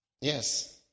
yes